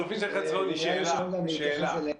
שאלה.